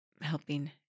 helping